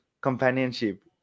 companionship